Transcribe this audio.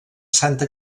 santa